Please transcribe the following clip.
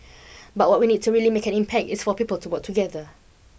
but what we need to really make an impact is for people to work together